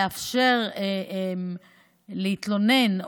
לאפשר להתלונן,